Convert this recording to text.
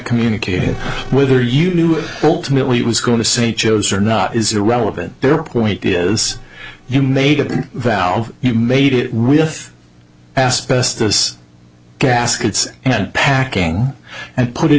communicating with her you knew it was going to st joe's or not is irrelevant their point is you made a valve you made it real with asbestos gaskets and packing and put it